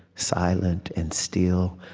silent and still.